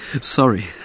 sorry